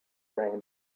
rain